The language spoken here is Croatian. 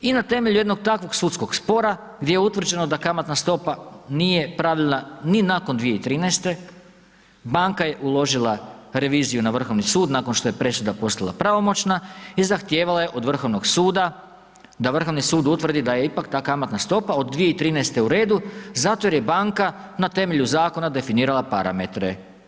I na temelju jednog takvog sudskog spora gdje je utvrđeno da kamatna stopa nije pravilna ni nakon 2013. banka je uložila reviziju na Vrhovni sud nakon što je presuda postala pravomoćna i zahtijevala je od Vrhovnog suda, da Vrhovni sud utvrdi da je ipak ta kamatna stopa od 2013. u redu zato jer je banka na temelju zakona definirala parametre.